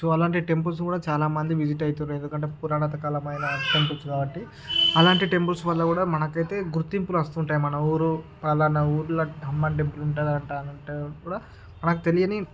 so అలాంటి temples కూడా చాలా మంది విజిట్ అయితారు ఎందుకంటే పురాతన కాలమైన టెంపుల్స్ కాబట్టి అలాంటి టెంపుల్స్ వల్ల కూడా మనకైతే గుర్తింపులు వస్తుంటాయి మన ఊరు పలానా ఊరిలో హనుమాన్ టెంపుల్ ఉంటదంట అని కూడా మనకి తెలియని